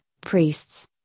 priests